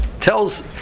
Tells